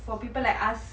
for people like us